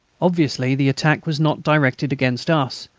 obviously the attack was not directed against us,